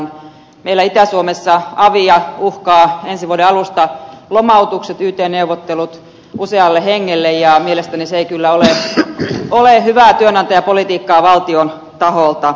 meillä itä suomessa avia uhkaavat ensi vuoden alusta lomautukset yt neuvottelut usealle hengelle ja mielestäni se ei kyllä ole hyvää työnantajapolitiikkaa valtion taholta